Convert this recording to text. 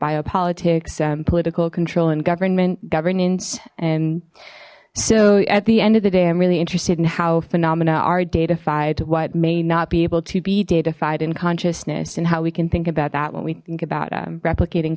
bio politics political control and government governance and so at the end of the day i'm really interested in how phenomena are data fide what may not be able to be data fide in consciousness and how we can think about that when we think about replicating